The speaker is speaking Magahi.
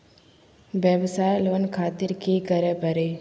वयवसाय लोन खातिर की करे परी?